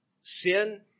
sin